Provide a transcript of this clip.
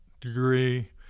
degree